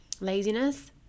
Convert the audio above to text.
laziness